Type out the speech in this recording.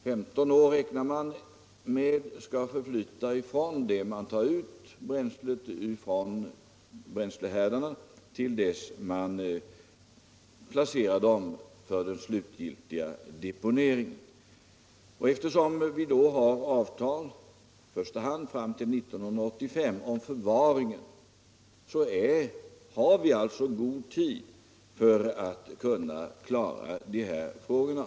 15 år räknar man med skall förflyta från det man tar ut bränslet från bränslehärdarna till dess att man placerar dem för den slutgiltiga deponeringen. Eftersom vi har ett avtal om förvaringen i första hand fram till 1985, så har vi alltså god tid på oss att klara de här frågorna.